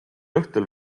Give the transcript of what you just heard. õhtul